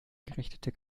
gerichtete